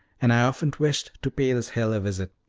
and i often wished to pay this hill a visit.